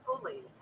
fully